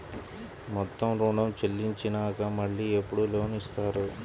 మొత్తం ఋణం చెల్లించినాక మళ్ళీ ఎప్పుడు లోన్ ఇస్తారు?